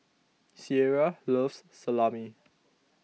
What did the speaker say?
Ciera loves Salami